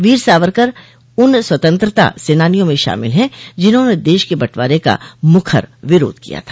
वीर सावरकर उन स्वतंत्रता सेनानियों में शामिल हैं जिन्होंने देश के बंटवारे का मुखर विरोध किया था